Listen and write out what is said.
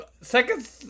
second